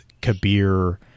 kabir